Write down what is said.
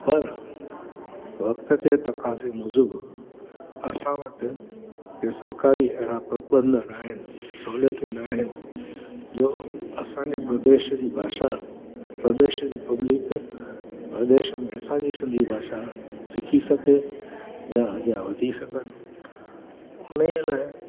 पर वक़्त ते तकाजे मुजिबि असां वटि इहे सरकारी अहिड़ा प्रबंधक आहिनि सहूलियतूं आहिनि जो असांजे प्रदेश जी भाषा प्रदेश जी पब्लिक प्रदेश में असांजी देश जी भाषा सिखी सघे जा अॻियां वधी सघनि हुनजे लाइ